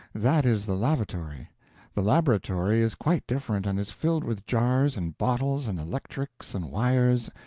that is the lavatory the laboratory is quite different, and is filled with jars, and bottles, and electrics, and wires,